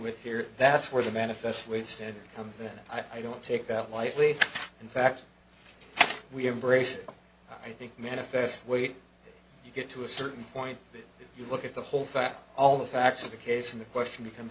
with here that's where the manifest wasted comes that i don't take that lightly in fact we embrace i think manifest weight you get to a certain point you look at the whole fact all the facts of the case and the question becomes